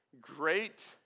great